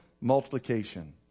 multiplication